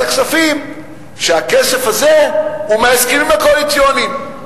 הכספים שהכסף הזה הוא מהסכמים קואליציוניים.